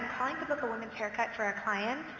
calling to book a women's haircut for our client.